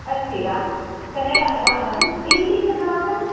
अस्ति वा कन्नडानुवादम् इङ्ग्लिश् अनुवादम्